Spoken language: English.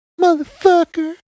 motherfucker